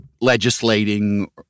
legislating